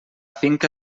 finca